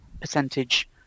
percentage